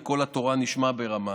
וקול התורה נשמע ברמה.